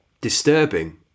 disturbing